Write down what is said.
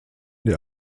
der